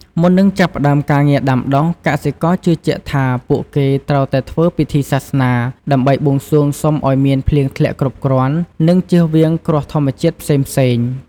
មុននឹងចាប់ផ្តើមការងារដាំដុះ កសិករជឿជាក់ថាពួកគេត្រូវតែធ្វើពិធីសាសនា ដើម្បីបួងសួងសុំឱ្យមានភ្លៀងធ្លាក់គ្រប់គ្រាន់ និងជៀសវាងគ្រោះធម្មជាតិផ្សេងៗ។